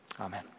Amen